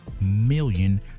million